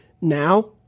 now